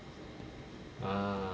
ah